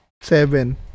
Seven